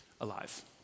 alive